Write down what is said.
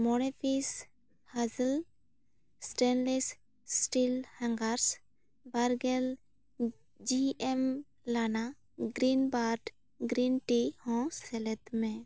ᱢᱚᱬᱮ ᱯᱤᱥ ᱯᱷᱟᱡᱤᱞᱥ stainless steel hangers ᱵᱟᱨᱜᱮᱞ ᱡᱤ ᱮᱢ ᱞᱟᱱᱟ ᱜᱨᱤᱱ ᱯᱟᱨᱴ ᱜᱨᱤᱱᱴᱤ ᱦᱚᱸ ᱥᱮᱞᱮᱫ ᱢᱮ